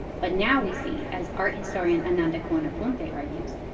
but now we see, as art historian ananda cohen-aponte argues,